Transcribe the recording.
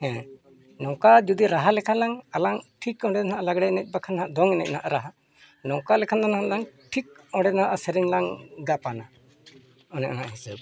ᱦᱮᱸ ᱱᱚᱝᱠᱟ ᱡᱩᱫᱤ ᱨᱟᱦᱟ ᱞᱮᱠᱷᱟᱱ ᱞᱟᱝ ᱟᱞᱟᱝ ᱴᱷᱤᱠ ᱚᱸᱰᱮ ᱫᱚ ᱱᱟᱦᱟᱜ ᱞᱟᱝ ᱞᱟᱜᱽᱲᱮ ᱮᱱᱮᱡ ᱵᱟᱠᱷᱟᱱ ᱫᱚᱝ ᱮᱱᱮᱡ ᱱᱟᱦᱟᱜ ᱨᱟᱦᱟ ᱱᱚᱝᱠᱟ ᱞᱮᱠᱷᱟᱱ ᱫᱚ ᱱᱟᱦᱟᱜ ᱞᱟᱝ ᱴᱷᱤᱠ ᱚᱸᱰᱮ ᱱᱟᱦᱟᱜ ᱥᱮᱨᱮᱧ ᱞᱟᱝ ᱜᱟᱵᱟᱱᱟ ᱚᱱᱮ ᱚᱱᱟ ᱦᱤᱥᱟᱹᱵ